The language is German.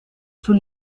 zur